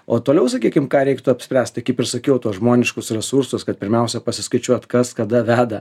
o toliau sakykim ką reiktų apspręst tai kaip ir sakiau tuos žmoniškus resursus kad pirmiausia pasiskaičiuot kas kada veda